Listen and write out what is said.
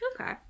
okay